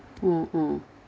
mm